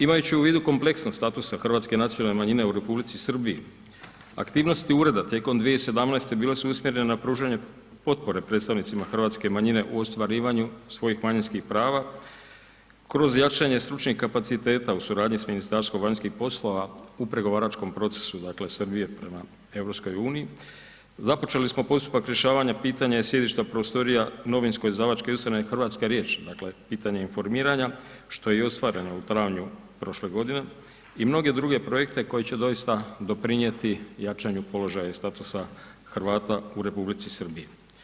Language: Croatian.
Imajući u vidu kompleksnost … [[Govornik se ne razumije]] hrvatske nacionalne manjine u Republici Srbiji, aktivnosti ureda tijekom 2017. bile su usmjerene na pružanje potpore predstavnicima hrvatske manjine u ostvarivanju svojih manjinskih prava kroz jačanje stručnih kapaciteta u suradnji s Ministarstvom vanjskih poslova u pregovaračkom procesu, dakle, Srbije prema EU, započeli smo postupak rješavanja pitanja i sjedišta prostorija novinsko izdavačke ustanove Hrvatska riječ, dakle, pitanje informiranja, što je i ostvareno u travnju prošle godine i mnoge druge projekte koji će doista doprinijeti jačanju položaja i statusa Hrvata u Republici Srbiji.